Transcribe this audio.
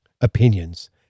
opinions